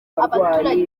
abaturage